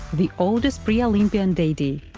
the oldest pre-olympic deity,